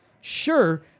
Sure